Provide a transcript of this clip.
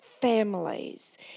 families